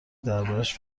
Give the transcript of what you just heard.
دربارش